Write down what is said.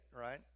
right